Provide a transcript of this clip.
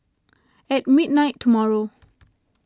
at midnight tomorrow